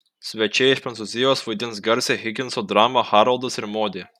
svečiai iš prancūzijos vaidins garsią higinso dramą haroldas ir modė